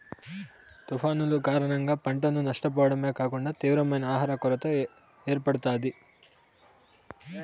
తుఫానులు కారణంగా పంటను నష్టపోవడమే కాకుండా తీవ్రమైన ఆహర కొరత ఏర్పడుతాది